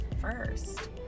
first